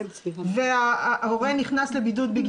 בבידוד, ואחר כך התברר שהוא חלה בקורונה.